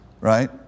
right